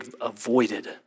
avoided